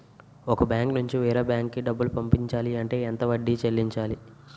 ఒక బ్యాంక్ నుంచి వేరే బ్యాంక్ కి డబ్బులు పంపించాలి అంటే ఎంత వడ్డీ చెల్లించాలి?